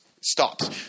stops